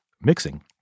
mixing